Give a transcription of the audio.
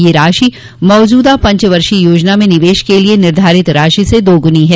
यह राशि मौजूदा पंचवर्षीय योजना में निवेश के लिए निर्धारित राशी से दोगुनी है